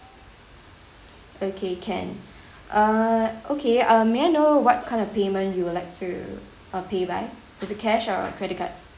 okay can uh okay uh may I know what kind of payment you would like to uh pay by was it cash or credit card